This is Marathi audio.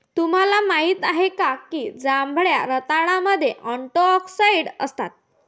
तुम्हाला माहित आहे का की जांभळ्या रताळ्यामध्ये अँटिऑक्सिडेंट असतात?